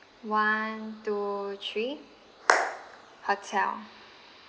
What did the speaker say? one two three hotel